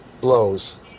blows